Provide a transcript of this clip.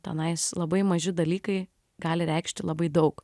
tenais labai maži dalykai gali reikšti labai daug